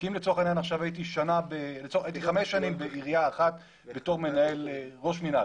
כי אם לצורך העניין הייתי חמש שנים בעירייה אחת בתור ראש מינהל